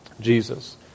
Jesus